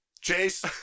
Chase